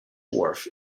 wharf